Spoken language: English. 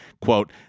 quote